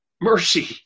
mercy